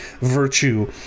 virtue